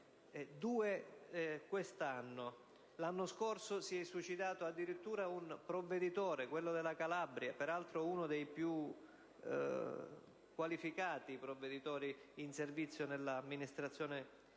due quest'anno, e l'anno scorso si è suicidato addirittura un provveditore, quello della Calabria, peraltro uno dei più qualificati provveditori in servizio nell'amministrazione penitenziaria.